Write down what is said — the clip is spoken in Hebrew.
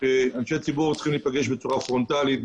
שאישי ציבור צריכים להיפגש בצורה פרונטלית,